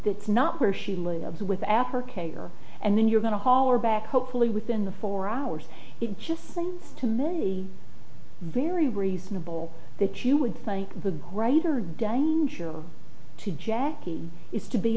that's not where she lives with africa and then you're going to holler back hopefully within the four hours it just seems too many very reasonable that you would think the greater danger to jackie is to be